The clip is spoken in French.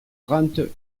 trente